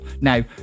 now